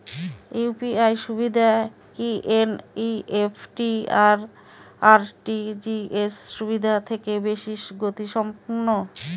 UPI সুবিধা কি NEFT আর আর.টি.জি.এস সুবিধা থেকে বেশি গতিসম্পন্ন?